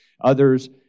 others